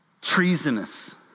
treasonous